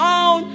on